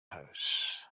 house